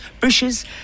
Bushes